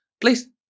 Please